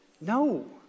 No